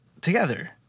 together